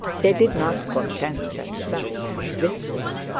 they did not content themselves with whispers,